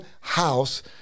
house